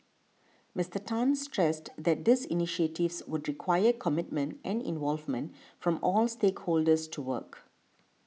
Mister Tan stressed that these initiatives would require commitment and involvement from all stakeholders to work